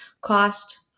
Cost